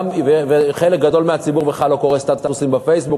גם חלק גדול מהציבור בכלל לא קורא סטטוסים בפייסבוק,